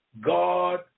God